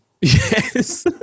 Yes